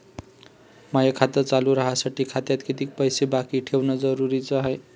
माय खातं चालू राहासाठी खात्यात कितीक पैसे बाकी ठेवणं जरुरीच हाय?